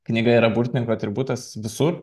knyga yra burtininko atributas visur